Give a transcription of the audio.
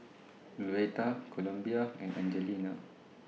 Louetta Columbia and Angelina